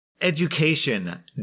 education